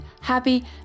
happy